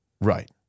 Right